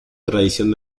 tradición